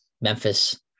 Memphis